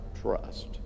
trust